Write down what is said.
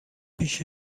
پیش